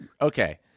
Okay